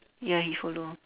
ya he follow